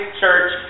church